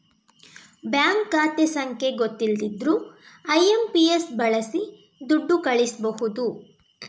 bank ಖಾತೆ ಸಂಖ್ಯೆ ಗೊತ್ತಿಲ್ದಿದ್ರೂ ಐ.ಎಂ.ಪಿ.ಎಸ್ ಬಳಸಿ ದುಡ್ಡು ಕಳಿಸ್ಬಹುದು